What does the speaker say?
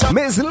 Miss